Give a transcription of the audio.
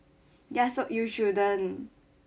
ya so you shouldn't